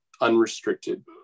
unrestricted